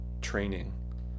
training